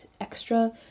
extra